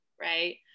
right